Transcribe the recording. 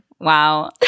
Wow